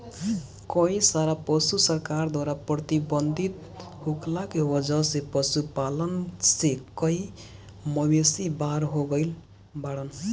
कई सारा पशु सरकार द्वारा प्रतिबंधित होखला के वजह से पशुपालन से कई मवेषी बाहर हो गइल बाड़न